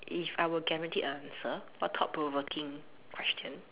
if I were guaranteed an answer what thought provoking question